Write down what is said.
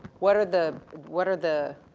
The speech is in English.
what are the, what are the,